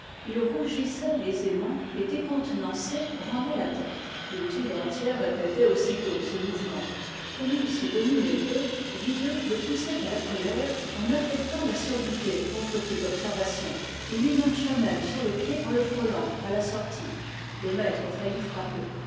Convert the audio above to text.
il rougissait aisément et décontenancé branlait la tête l'étude entière répétait aussitôt ce mouvement comme il se dominait peu videux le poussait à la colère en affectant la surdité contre toute observation il lui marcha même sur le pied en le frôlant à la sortie le maître faillit frapper